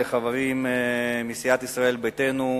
לחברים מסיעת ישראל ביתנו,